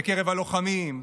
בקרב הלוחמים,